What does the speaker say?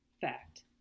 fact